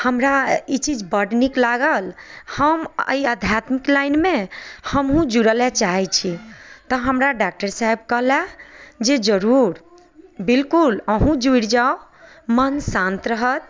हमरा ई चीज बड्ड नीक लागल हम ई आध्यात्मिक लाइनमे हमहूँ जुड़ैलए चाहै छी तऽ हमरा डॉक्टर साहब कहला जे जरूर बिलकुल अहूँ जुड़ि जाउ मन शान्त रहत